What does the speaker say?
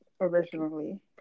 originally